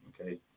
Okay